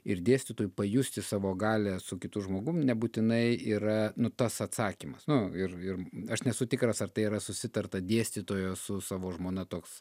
ir dėstytojui pajusti savo galią su kitu žmogum nebūtinai yra nu tas atsakymas nu ir ir aš nesu tikras ar tai yra susitarta dėstytojo su savo žmona toks